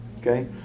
Okay